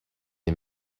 est